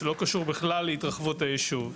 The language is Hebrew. שלא קשור בכלל להתרחבות הישוב.